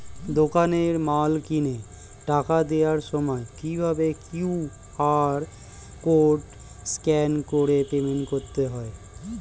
দোকানে মাল কিনে টাকা দেওয়ার সময় কিভাবে কিউ.আর কোড স্ক্যান করে পেমেন্ট করতে হয়?